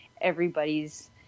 everybody's